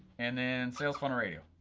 and then, sales funnel radio,